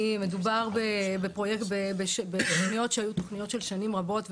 כי מדובר בפרויקט בתוכניות שהיו תוכניות של שנים רבות,